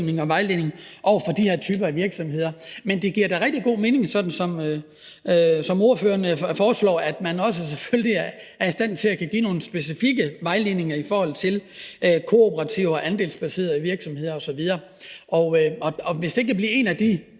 og vejledning over for de her typer af virksomheder. Men det giver da rigtig god mening, som ordføreren foreslår, at man selvfølgelig også er i stand til at kunne give nogle specifikke vejledninger i forhold til kooperativer, andelsbaserede virksomheder osv., og hvis det kan blive en af de